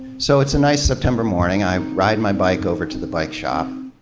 so it's a nice september morning. i ride my bike over to the bike shop.